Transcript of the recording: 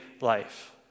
life